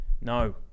No